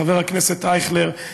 חבר הכנסת אייכלר.